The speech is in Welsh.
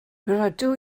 rydw